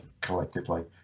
collectively